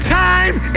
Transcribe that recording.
time